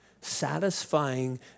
satisfying